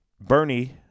Bernie